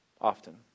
often